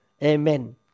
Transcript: Amen